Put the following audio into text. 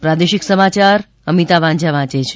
પ્રાદેશિક સમાચાર અમિતા વાંઝા વાંચે છે